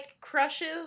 crushes